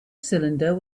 cylinder